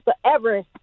forever